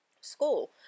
school